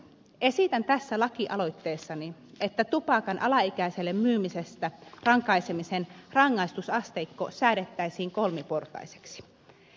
esitän tässä lakialoitteessani että tupakan alaikäiselle myymisestä rankaisemisen rangaistusasteikko säädettäisiin kolmiportaiseksi